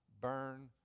burn